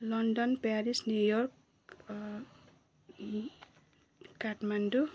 London Paris New York Kathmandu